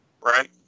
Right